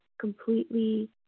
completely